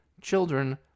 children